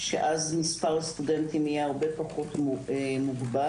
כי אז מספר הסטודנטים יהיה פחות מוגבל.